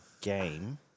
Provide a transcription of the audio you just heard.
game